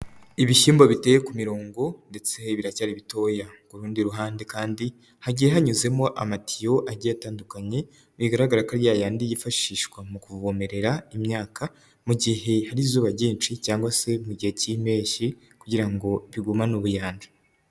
Ibishyimbo biteye ku mirongo ndetse biracyari bitoya. Ku rundi ruhande kandi, hagiye hanyuzemo amatiyo agiye atandukanye, bigaragara ko ari ya yandi yifashishwa mu kuvomerera imyaka, mu gihe hari izuba ryinshi cyangwa se mu gihe cy'impeshyi, kugira ngo bigumane ubuyanja.